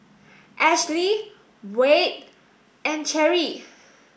Ashlee Wade and Cherie